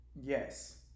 Yes